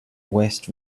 west